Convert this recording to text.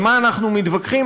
על מה אנחנו מתווכחים,